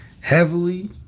heavily